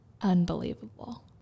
Unbelievable